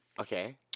Okay